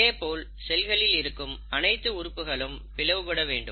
இதேபோல் செல்களில் இருக்கும் அனைத்து உறுப்புகளும் பிளவு பட வேண்டும்